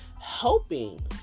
helping